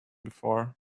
before